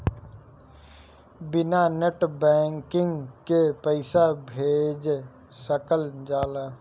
बिना net banking के पईसा भेज सकल जाला?